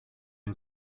der